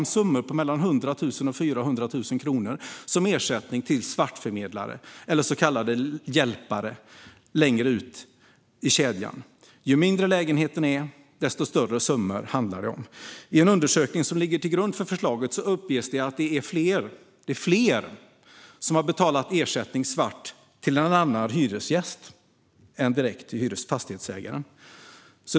Summor på mellan 100 000 och 400 000 kronor nämns som ersättning till svartförmedlare eller så kallade hjälpare längre ut i kedjan. Ju mindre lägenheten är desto större summor handlar det om. I en underökning som ligger till grund för förslaget uppges att det är fler som har betalat ersättning svart till en annan hyresgäst än direkt till fastighetsägaren.